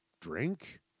drink